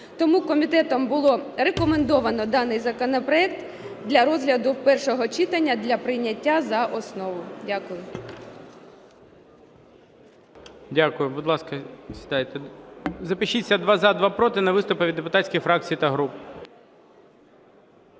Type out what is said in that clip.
комітетом було рекомендовано даний законопроект для розгляду в першому читанні для прийняття за основу. Дякую.